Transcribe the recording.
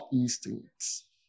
instincts